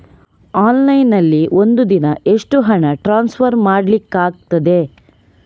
Online ನಲ್ಲಿ ಒಂದು ದಿನ ಎಷ್ಟು ಹಣ ಟ್ರಾನ್ಸ್ಫರ್ ಮಾಡ್ಲಿಕ್ಕಾಗ್ತದೆ?